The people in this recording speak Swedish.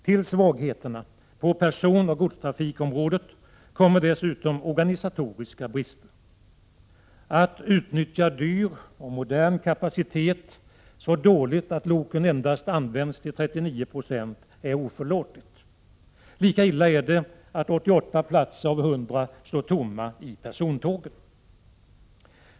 Till svagheterna på personoch godstrafikområdet kommer dessutom organisatoriska brister. Att utnyttja dyr och modern kapacitet så dåligt att loken endast används till 39 96 är oförlåtligt. Lika illa är det att 88 platser av 100 står tomma i persontågen.